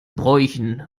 bräuchen